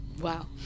Wow